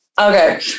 Okay